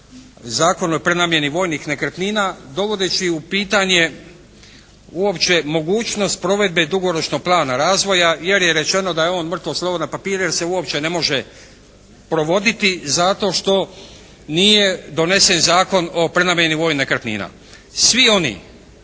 Zakon o prenamjeni vojnih nekretnina, dovodeći u pitanje uopće mogućnost provedbe dugoročnog plana razvoja, jer je rečeno da je on mrtvo slovo na papiru, jer se uopće ne može provoditi, zato što nije donesen Zakon o prenamjeni vojnih nekretnina. Svi oni